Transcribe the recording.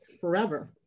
forever